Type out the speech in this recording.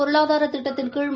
பொருளாதாரதிட்டத்தின்கீழ்